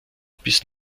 bis